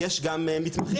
יש גם מתמחים,